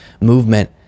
movement